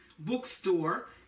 bookstore